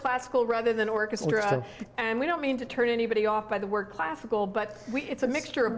classical rather than orchestra and we don't mean to turn anybody off by the work classical but it's a mixture of